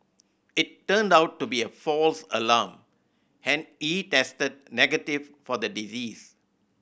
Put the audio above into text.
it turned out to be a false alarm and he tested negative for the disease